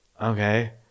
okay